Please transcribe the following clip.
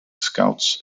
scouts